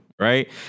Right